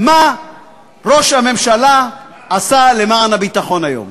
מה ראש הממשלה עשה למען הביטחון היום?